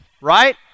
right